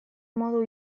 modu